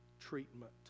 treatment